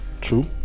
True